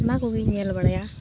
ᱚᱱᱟᱠᱚᱜᱮᱧ ᱧᱮᱞᱵᱟᱲᱟᱭᱟ